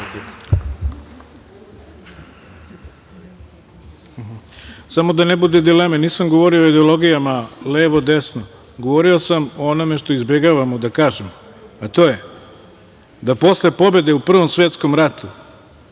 Samo da ne bude dileme. Nisam govorio o ideologijama levo-desno, govorio sam o onome što izbegavamo da kažemo, a to je da posle pobede u Prvom svetskom ratu